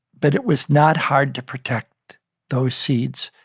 but it was not hard to protect those seeds.